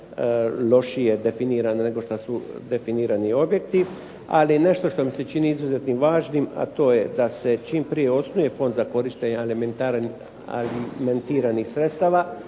lošije definirana nego šta su definirani objekti. Ali nešto što mi se čini izuzetno važnim, a to je da se čim prije osnuje fond za korištenje alimentiranih sredstava